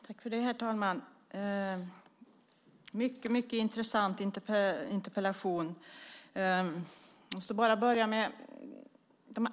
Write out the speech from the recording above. Herr talman! Det är en mycket intressant interpellationsdebatt.